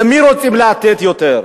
למי רוצים לתת יותר.